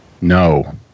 No